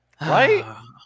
Right